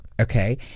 Okay